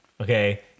Okay